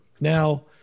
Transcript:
Now